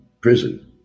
prison